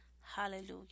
Hallelujah